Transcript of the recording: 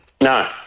No